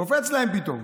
קופץ להם פתאום.